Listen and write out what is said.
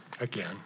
Again